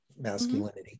masculinity